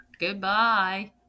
Goodbye